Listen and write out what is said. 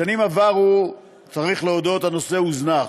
בשנים עברו, צריך להודות, הנושא הוזנח.